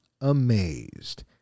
amazed